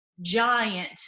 giant